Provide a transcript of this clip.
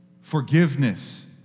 forgiveness